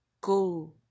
go